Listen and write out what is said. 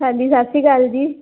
ਹਾਂਜੀ ਸਤਿ ਸ਼੍ਰੀ ਅਕਾਲ ਜੀ